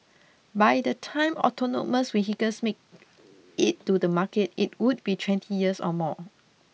by the time autonomous vehicles make it to the market it would be twenty years or more